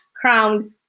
crowned